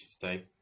today